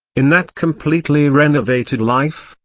in that completely renovated life,